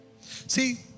See